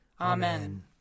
Amen